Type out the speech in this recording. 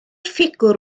ffigwr